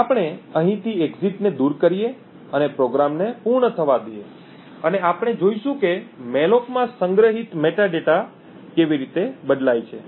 તો આપણે અહીંથી એક્ઝિટને દૂર કરીએ અને પ્રોગ્રામને પૂર્ણ થવા દઈએ અને આપણે જોઈશું કે મૅલોક માં સંગ્રહિત મેટાડેટા કેવી રીતે બદલાય છે